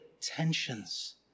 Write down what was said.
tensions